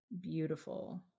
beautiful